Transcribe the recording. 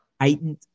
heightened